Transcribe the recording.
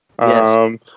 Yes